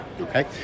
okay